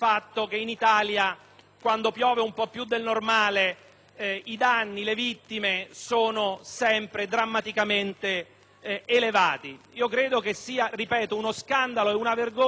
quando piove un po' più del normale, i danni e le vittime sono sempre drammaticamente elevati. Ripeto, penso che sia uno scandalo e una vergogna che questo Governo